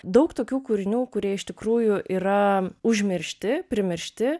daug tokių kūrinių kurie iš tikrųjų yra užmiršti primiršti